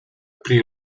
aprì